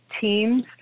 teams